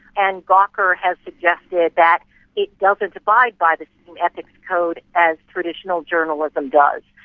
and gawker has suggested that it doesn't abide by the same ethics code as traditional journalism does.